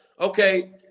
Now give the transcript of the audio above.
okay